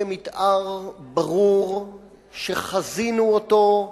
למיתאר ברור שחזינו אותו,